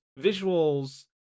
visuals